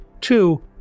Two